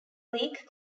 league